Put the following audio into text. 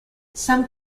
some